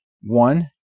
One